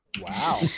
Wow